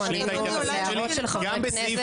אנחנו ענינו להערות של חבר הכנסת.